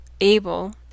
able